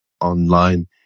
online